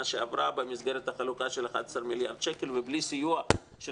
שעברה במסגרת החלוקה של 11 מיליארד שקל ובלי סיוע של